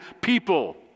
people